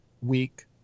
week